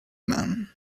man